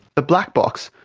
the black box,